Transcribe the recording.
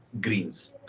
greens